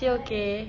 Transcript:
is she okay